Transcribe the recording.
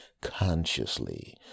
consciously